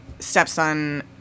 Stepson